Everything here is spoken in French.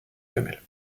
femelles